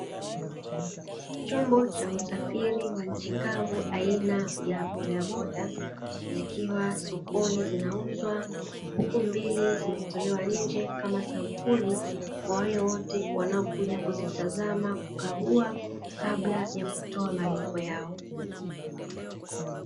Chombo cha usafiri wa nchi kavu aina ya bodaboda zikiwa sokoni zinauzwa, huku mbili zimetolewa nje kama sampuli kwa wale wote wanaokuja kuzitazama, kukagua kabla ya kutoa malipo yao.